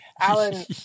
Alan